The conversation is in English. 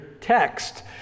text